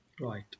right